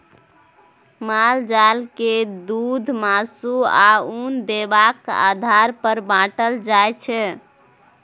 माल जाल के दुध, मासु, आ उन देबाक आधार पर बाँटल जाइ छै